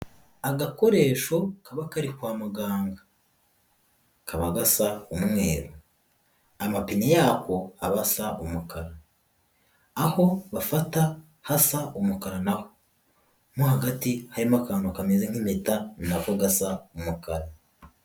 Agakoresho kaba kari kwa muganga. Kaba gasa umweru. Amapine yako aba asa umukara. Aho bafata hasa umukara naho. Mo hagati harimo akantu kameze nk'impeta, nako gasa umukara.